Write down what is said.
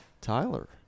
Tyler